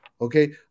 Okay